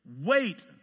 wait